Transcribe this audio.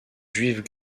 juive